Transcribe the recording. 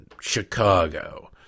Chicago